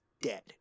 dead